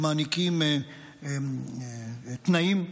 שמעניקים תנאים,